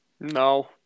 No